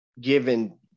Given